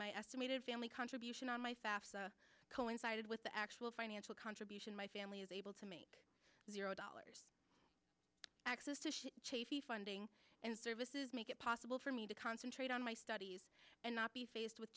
my estimated family contribution on my fafsa coincided with the actual financial contribution my family is able to make the road dollars access to chafey funding and services make it possible for me to concentrate on my studies and not be faced with